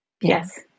yes